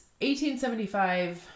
1875